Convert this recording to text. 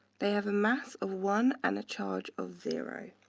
they have a mass of one and a charge of zero.